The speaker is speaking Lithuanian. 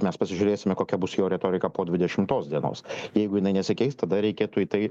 mes pasižiūrėsime kokia bus jo retorika po dvidešimtos dienos jeigu jinai nesikeis tada reikėtų į tai